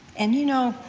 and you know,